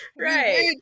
right